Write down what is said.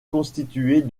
constituée